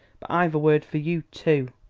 but i've a word for you, too.